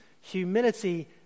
humility